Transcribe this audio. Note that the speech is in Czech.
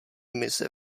mise